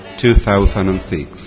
2006